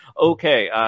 Okay